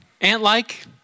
Ant-like